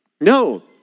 No